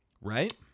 Right